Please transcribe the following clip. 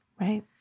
Right